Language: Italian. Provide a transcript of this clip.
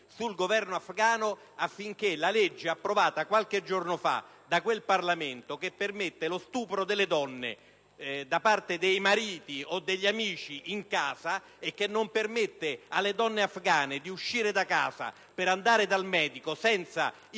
sul Governo afgano affinché sia abrogata la legge approvata qualche giorno fa da quel Parlamento, che permette lo stupro delle donne da parte dei mariti o degli amici in casa e che non permette alle donne afgane di uscire di casa per andare dal medico senza il